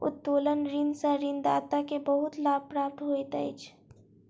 उत्तोलन ऋण सॅ ऋणदाता के बहुत लाभ प्राप्त होइत अछि